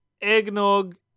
Eggnog